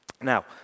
Now